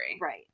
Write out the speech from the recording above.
Right